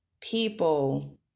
people